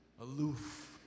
aloof